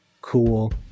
cool